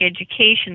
education